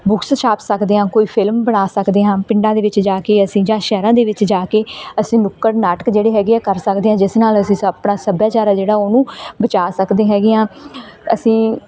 books ਛਾਪ ਸਕਦੇ ਹਾਂ ਫਿਲਮ ਬਣਾ ਸਕਦੇ ਹਾਂ ਪਿੰਡਾਂ ਦੇ ਵਿੱਚ ਜਾ ਕੇ ਅਸੀਂ ਜਾਂ ਸਹਿਰਾਂ ਦੇ ਵਿੱਚ ਜਾ ਕੇ ਅਸੀਂ ਨੁੱਕੜ ਨਾਟਕ ਜਿਹੜੇ ਹੈਗੇ ਆ ਕਰ ਸਕਦੇ ਹਾਂ ਜਿਸ ਨਾਲ ਅਸੀਂ ਆਪਣਾ ਸੱਭਿਆਚਾਰ ਆ ਜਿਹੜਾ ਉਹਨੂੰ ਬਚਾ ਸਕਦੇ ਹੈਗੇ ਹਾਂ ਅਸੀਂ